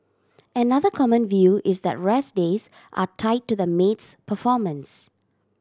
another common view is that rest days are tied to the maid's performance